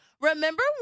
remember